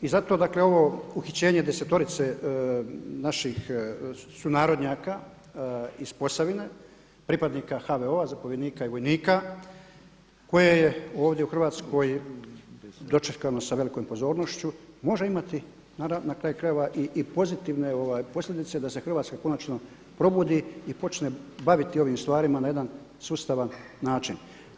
I zato ovo uhićenje desetorice naših sunarodnjaka iz Posavina pripadnika HVO-a zapovjednika i vojnika koje je ovdje u Hrvatskoj dočekano sa velikom pozornošću može imati na kraju krajeva i pozitivne posljedice da se Hrvatska konačno probudi i počne baviti ovim stvarima na jedan sustavan način.